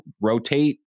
rotate